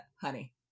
Honey